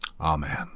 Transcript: Amen